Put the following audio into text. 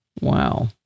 Wow